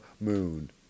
moon